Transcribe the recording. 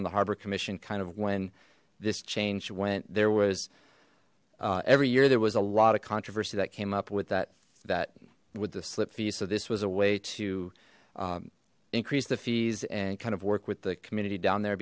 on the harbour commission kind of when this change went there was every year there was a lot of controversy that came up with that that would the slip fee so this was a way to increase the fees and kind of work with the community down there